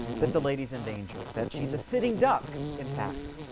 that the lady is in danger that she's a sitting duck, in fact,